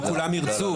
לא כולם ירצו.